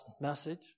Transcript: message